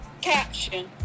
caption